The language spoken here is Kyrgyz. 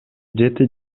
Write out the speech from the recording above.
жети